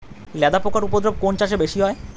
লেদা পোকার উপদ্রব কোন চাষে বেশি হয়?